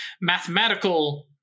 Mathematical